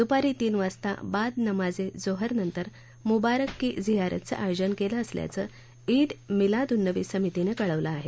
दुपारी तीन वाजता बाद नमाजे जोहर नंतर मुबारक की झियारतचं आयोजन केलं असल्याचं ईद मिलादुन्नबी समितीनं कळवलं आहे